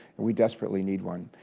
and we desperately need one.